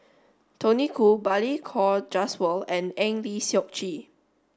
Tony Khoo Balli Kaur Jaswal and Eng Lee Seok Chee